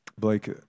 Blake